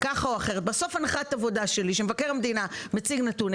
בסוף הנחת העבודה שלי היא שמבקר המדינה מציג נתונים.